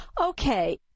Okay